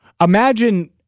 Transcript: Imagine